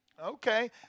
Okay